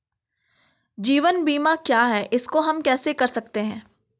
जीवन बीमा क्या है इसको हम कैसे कर सकते हैं?